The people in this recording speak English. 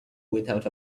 without